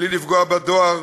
בלי לפגוע בדואר,